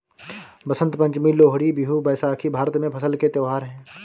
बसंत पंचमी, लोहड़ी, बिहू, बैसाखी भारत में फसल के त्योहार हैं